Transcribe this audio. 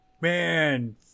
Man